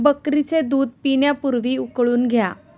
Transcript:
बकरीचे दूध पिण्यापूर्वी उकळून घ्या